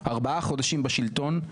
ארבעה חודשים בשלטון,